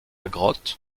grotte